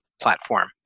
platform